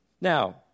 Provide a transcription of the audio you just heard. Now